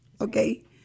Okay